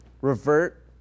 Revert